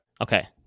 Okay